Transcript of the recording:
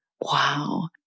Wow